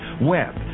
web